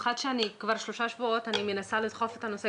כבר שלושה שבועות אני מנסה לדחוף את הנושא,